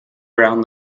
around